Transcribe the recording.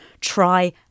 Try